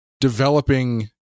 developing